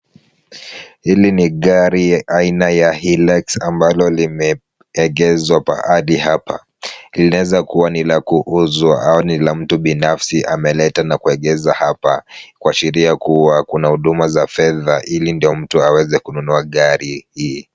Hili ni gari aina ya Hillux ambalo limeegezwa mahali hapa. Linaeza kuwa ni la kuuzwa au ni la mtu binafsi ameleta na kuegeza hapa kuashiria kuwa kuna huduma za fedha ili mtu aweze kununua gari hii.